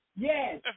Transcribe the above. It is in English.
Yes